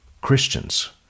Christians